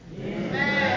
Amen